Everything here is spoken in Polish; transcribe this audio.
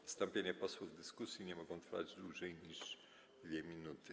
Wystąpienia posłów w dyskusji nie mogą trwać dłużej niż 2 minuty.